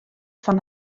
fan